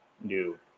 new